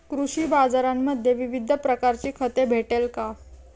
कृषी बाजारांमध्ये विविध प्रकारची खते भेटेल का?